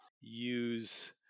use